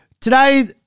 today